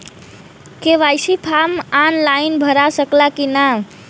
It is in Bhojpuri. के.वाइ.सी फार्म आन लाइन भरा सकला की ना?